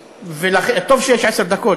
טוב שיש עשר דקות,